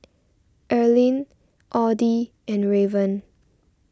Earline Audy and Raven